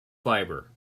fibre